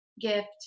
gift